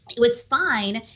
it was fine,